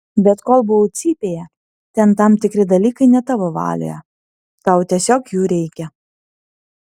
bet kol buvau cypėje ten tam tikri dalykai ne tavo valioje tau tiesiog jų reikia